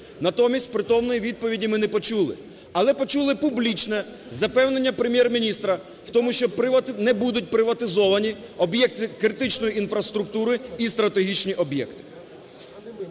натомість притомної відповіді ми не почули. Але почули публічне запевнення Прем’єр-міністра в тому, що не будуть приватизовані об'єкти критичної інфраструктури і стратегічні об'єкти.